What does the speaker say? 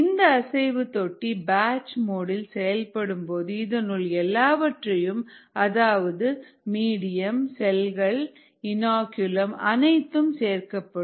இந்த அசைவு தொட்டி பேட்ச் மோடு இல் செயல்படும்போது இதனுள் எல்லாவற்றையும் அதாவது மீடியம் செல்கள் இன்ஆகுலம் அனைத்தும் சேர்க்கப்படும்